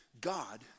God